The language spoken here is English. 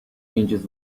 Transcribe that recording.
inches